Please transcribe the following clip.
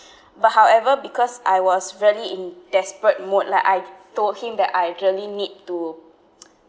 but however because I was really in desperate mode lah I told him that I really need to